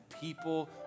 people